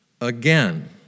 again